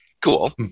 Cool